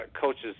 coaches